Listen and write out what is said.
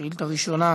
שאילתה ראשונה,